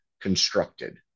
constructed